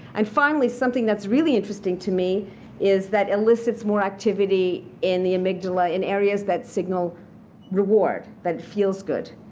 and finally, something that's really interesting to me is that elicits more activity in the amygdala in areas that signal reward, that feels good.